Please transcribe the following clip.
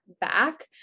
back